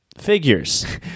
figures